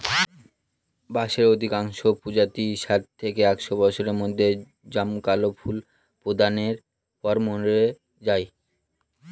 বাঁশের অধিকাংশ প্রজাতিই ষাট থেকে একশ বছরের মধ্যে জমকালো ফুল প্রদানের পর মরে যায়